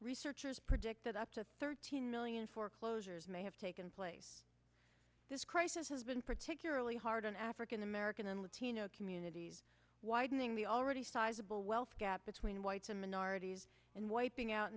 researchers predict that up to thirteen million foreclosures may have taken place this crisis has been particularly hard on african american and latino communities widening the already sizeable wealth gap between whites and minorities and wiping out